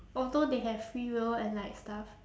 although they have free will and like stuff